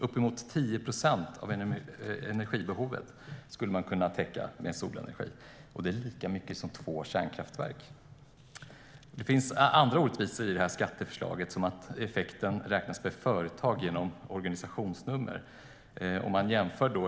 Uppemot 10 procent av energibehovet skulle man kunna täcka med solenergi. Det är lika mycket som två kärnkraftverk. Det finns andra orättvisor i skatteförslaget, som att effekten räknas per företag genom organisationsnumret. Man kan göra en jämförelse.